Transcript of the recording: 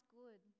good